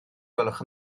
gwelwch